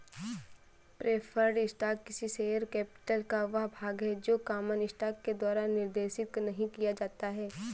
preferred stock किसी share capital का वह भाग है जो कॉमन स्टॉक के द्वारा निर्देशित नहीं किया जाता है